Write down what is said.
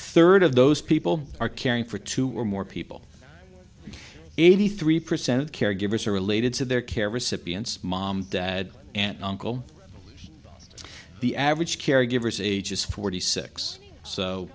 third of those people are caring for two or more people eighty three percent of caregivers are related to their care recipients mom dad and uncle the average caregivers ages forty six